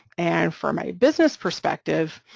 and from a business perspective,